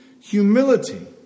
Humility